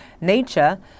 Nature